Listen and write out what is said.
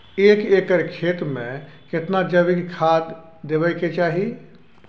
एक एकर खेत मे केतना जैविक खाद देबै के चाही?